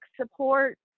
support